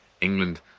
England